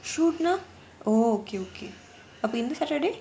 shoot னா:na oh okay okay அப்போ இந்த:appo intha saturday